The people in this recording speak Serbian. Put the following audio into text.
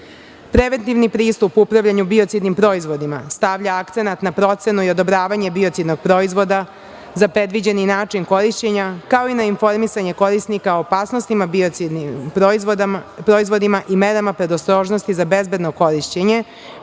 grupa. Preventivni pristup o upravljanju biocidnim proizvodima stavlja akcenat na procenu i odobravanje biocidnog proizvoda za predviđeni način korišćenja, kao i na informisanje korisnika o opasnostima biocidnim proizvodima i merama predostrožnosti za bezbedno korišćenje,